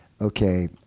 Okay